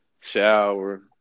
shower